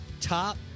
top